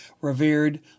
revered